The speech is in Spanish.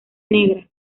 negra